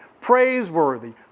praiseworthy